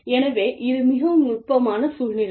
எனவே இது மிகவும் நுட்பமான சூழ்நிலை